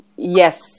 Yes